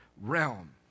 realm